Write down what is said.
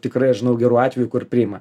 tikrai aš žinau gerų atvejų kur priima